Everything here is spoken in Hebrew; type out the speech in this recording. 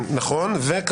השימוע.